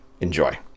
enjoy